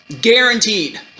Guaranteed